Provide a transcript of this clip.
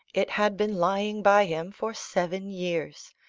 it had been lying by him for seven years,